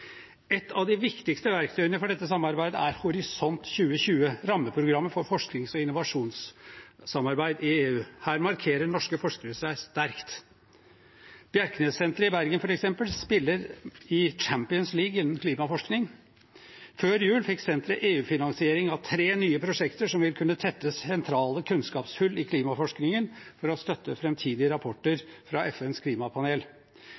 Et av de viktigste verktøyene for dette samarbeidet er Horisont 2020, rammeprogrammet for forsknings- og innovasjonssamarbeid i EU. Her markerer norske forskere seg sterkt. Bjerknessenteret i Bergen, f.eks., spiller i Champions League innen klimaforskning. Før jul fikk senteret EU-finansiering av tre nye prosjekter som vil kunne tette sentrale kunnskapshull i klimaforskningen for å støtte framtidige rapporter fra FNs klimapanel.